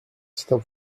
stop